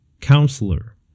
Counselor